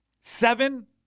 Seven